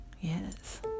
yes